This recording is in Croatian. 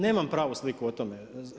Nemam pravu sliku o tome.